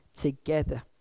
together